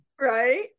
Right